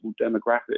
demographic